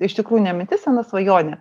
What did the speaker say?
iš tikrųjų ne mintis sena svajonė